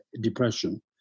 depression